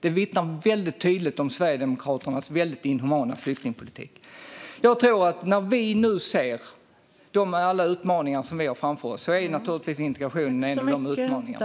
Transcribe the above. Det vittnar väldigt tydligt om Sverigedemokraternas väldigt inhumana flyktingpolitik. När vi nu ser alla de utmaningar vi har framför oss är naturligtvis integrationen en av de utmaningarna.